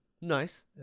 Nice